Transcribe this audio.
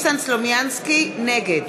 נגד